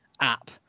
app